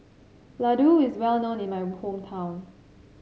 Ladoo is well known in my hometown